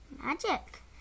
Magic